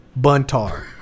Buntar